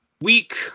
Week